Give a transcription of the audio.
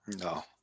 no